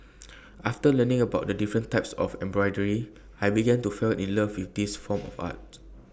after learning about the different types of embroidery I began to fall in love with this form of art